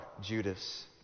Judas